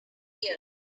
gear